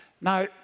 Now